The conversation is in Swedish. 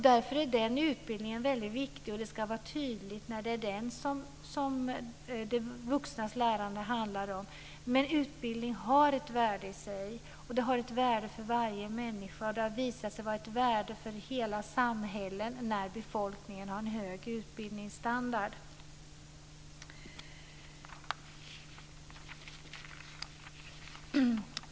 Därför är den utbildningen väldigt viktig. Det ska vara tydligt när det är den som de vuxnas lärande handlar om. Men utbildning har ett värde i sig. Det har ett värde för varje människa. Det har visat sig ha ett värde för hela samhället när befolkningen har en hög utbildningsstandard.